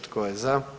Tko je za?